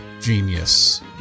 genius